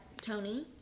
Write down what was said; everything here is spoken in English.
Tony